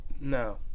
no